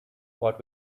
what